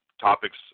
topics